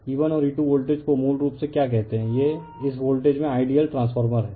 E1 और E2 voltage को मूल रूप से क्या कहते हैं यह इस वोल्टेज में आइडियल ट्रांसफार्मर है